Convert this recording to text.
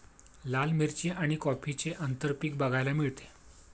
लाल मिरची आणि कॉफीचे आंतरपीक बघायला मिळते